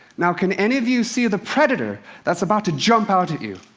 now, can any of you see the predator that's about to jump out at you?